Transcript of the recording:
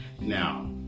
Now